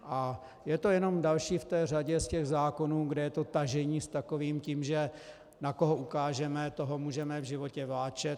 A je to jenom další v té řadě ze zákonů, kde je to tažení s takovým tím, že na koho ukážeme, toho můžeme v životě vláčet.